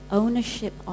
ownership